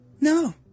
no